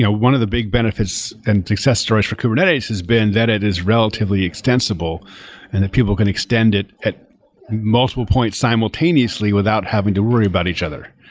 ah one of the big benefits and success stories for kubernetes has been vetted as relatively extensible and people can extend it at multiple points simultaneously without having to worry about each other.